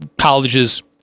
colleges